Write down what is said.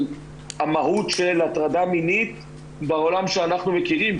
המהות של הטרדה מינית בעולם שאנחנו מכירים,